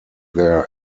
their